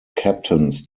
captains